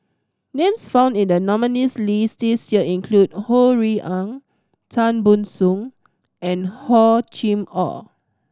names found in the nominees' list this year include Ho Rui An Tan Ban Soon and Hor Chim Or